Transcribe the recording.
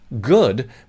good